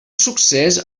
succés